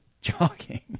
Jogging